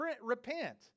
repent